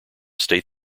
state